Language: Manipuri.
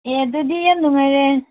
ꯑꯦ ꯑꯗꯨꯗꯤ ꯌꯥꯝ ꯅꯨꯡꯉꯥꯏꯔꯦ